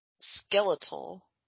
skeletal